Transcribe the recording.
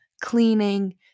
cleaning